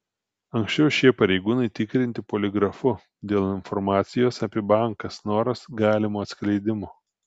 anksčiau šie pareigūnai tikrinti poligrafu dėl informacijos apie banką snoras galimo atskleidimo